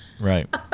right